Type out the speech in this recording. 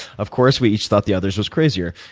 of course, we each thought the others was crazier.